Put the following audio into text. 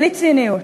בלי ציניות,